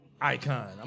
icon